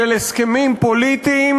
של הסכמים פוליטיים,